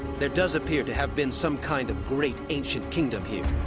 there does appear to have been some kind of great ancient kingdom here.